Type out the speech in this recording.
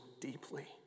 deeply